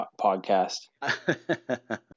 podcast